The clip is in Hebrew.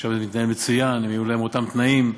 שם זה מתנהל מצוין, ויהיו להם אותם תנאים.